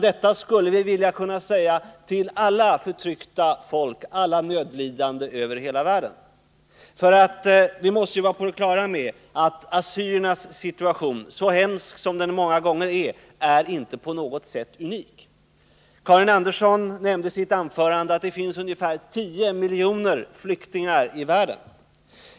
Detta skulle vi vilja kunna säga till alla förtryckta folk, alla nödlidande i hela världen. Vi måste ju vara på det klara med att assyriernas situation. hur hemsk den än många gånger är, inte på något sätt är unik. Karin Andersson nämnde i sitt anförande att det finns ungefär 10 miljoner flyktingar i världen.